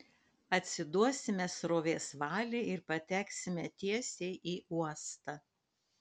atsiduosime srovės valiai ir pateksime tiesiai į uostą